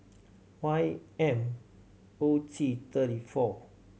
Y M O T thirty four